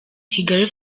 kigali